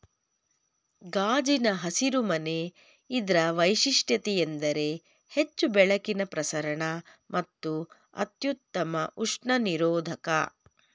ಗಾಜಿನ ಹಸಿರು ಮನೆ ಇದ್ರ ವೈಶಿಷ್ಟ್ಯತೆಯೆಂದರೆ ಹೆಚ್ಚು ಬೆಳಕಿನ ಪ್ರಸರಣ ಮತ್ತು ಅತ್ಯುತ್ತಮ ಉಷ್ಣ ನಿರೋಧಕ